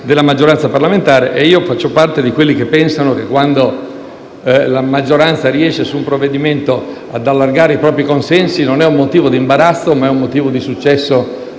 larga di quella parlamentare. Io faccio parte di quelli che pensano che quando la maggioranza su un provvedimento riesce ad allargare i propri consensi non è motivo di imbarazzo, ma è motivo di successo